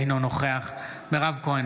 אינו נוכח מירב כהן,